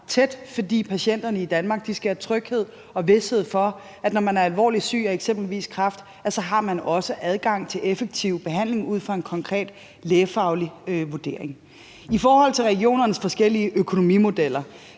tæt, for patienterne i Danmark skal have tryghed og vished for, at når man er alvorligt syg af eksempelvis kræft, så har man også adgang til effektiv behandling ud fra en konkret lægefaglig vurdering. I forhold til regionernes forskellige økonomimodeller